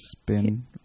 Spin